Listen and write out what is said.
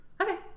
Okay